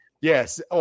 Yes